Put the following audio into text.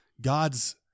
God's